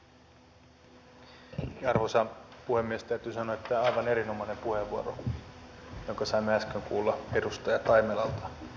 täytyy sanoa että oli aivan erinomainen puheenvuoro jonka saimme äsken kuulla edustaja taimelalta